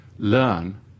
learn